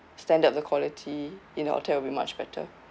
standard of the quality in the hotel will be much better